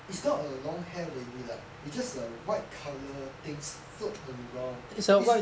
it's not a long hair lady lah it's just a white colour things float around it's